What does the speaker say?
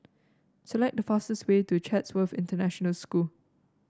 select the fastest way to Chatsworth International School